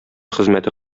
хезмәте